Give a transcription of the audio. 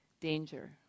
danger